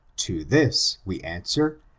to this we answer,